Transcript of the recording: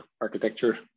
architecture